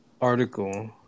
Article